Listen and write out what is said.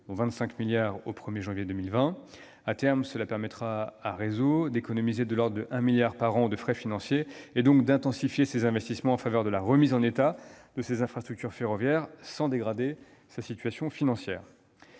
25 milliards d'euros au 1 janvier 2020. À terme, cela permettra à SNCF Réseau d'économiser de l'ordre de 1 milliard d'euros par an de frais financiers, donc d'intensifier ses investissements en faveur de la remise en état de ses infrastructures ferroviaires sans dégrader sa situation financière.